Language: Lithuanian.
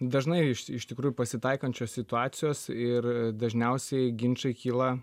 dažnai iš tikrųjų pasitaikančios situacijos ir dažniausiai ginčai kyla